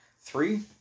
Three